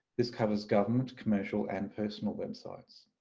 this covers government, commercial and personal websites.